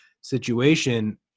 situation